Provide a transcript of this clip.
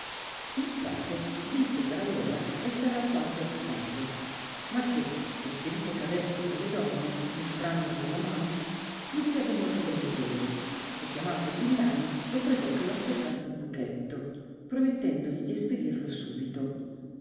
il frate disse per allora esser alquanto occupato ma che espedite ch'avesse quelle donne mostrandole con la mano l'udirebbe molto volontieri e chiamato il villano lo pregò che lo aspettasse un pochetto promettendogli di espedirlo subito